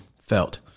felt